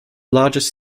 largest